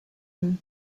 him